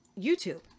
YouTube